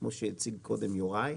כמו שהציג קודם יוראי,